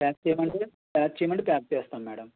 pack చెయ్యమంటారా pack చెయ్యమంటే pack చేస్తాను మేడం